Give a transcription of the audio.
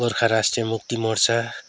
Gorkha Rashtriya Mukti Morcha